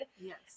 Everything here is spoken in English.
yes